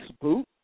boot